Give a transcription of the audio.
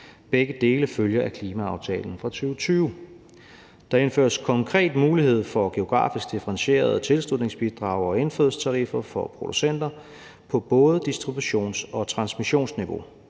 Begge dele følger af klimaaftalen fra 2020. Der indføres konkret mulighed for geografisk differentierede tilslutningsbidrag og indfødningstariffer for producenter på både distributions- og transmissionsniveau.